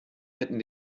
hätten